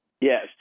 Yes